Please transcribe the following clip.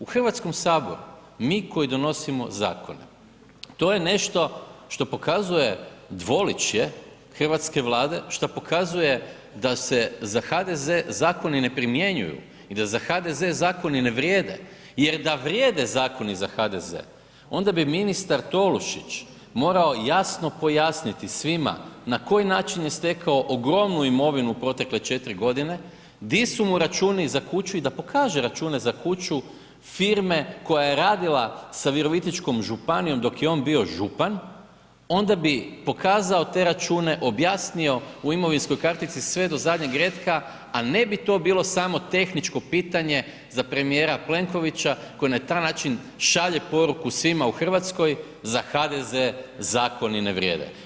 U HS-u mi koji donosimo zakone, to je nešto što pokazuje dvoličje hrvatske Vlade, što pokazuje da se za HDZ zakoni ne primjenjuju i da za HDZ zakoni ne vrijede jer da vrijede zakoni za HDZ, onda bi ministar Tolušić morao jasno pojasniti svima, na koji način je stekao ogromnu imovinu protekle 4 godine, di su mu računi za kuću i da pokaže račune za kuću, firme koja je radila sa Virovitičkom županijom dok je on bio župan, onda bi pokazao te račune, objasnio u imovinskoj kartici sve do zadnjeg retka, a ne bi to bilo samo tehničko pitanje za premijera Plenkovića koji je na taj način šalje poruku svima u Hrvatskoj, za HDZ zakoni ne vrijede.